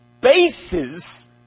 bases